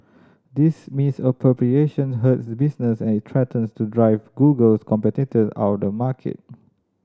this misappropriation hurts business and it threatens to drive Google's competitor out the market